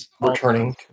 returning